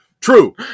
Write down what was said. true